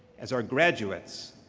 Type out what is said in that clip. as our graduates,